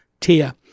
Tia